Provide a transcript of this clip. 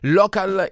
local